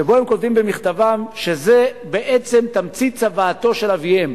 שבו הם כותבים שזה בעצם תמצית צוואתו של אביהם,